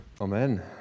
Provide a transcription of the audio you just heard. Amen